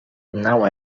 não